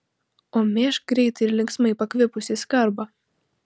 o mėžk greitai ir linksmai pakvipusį skarbą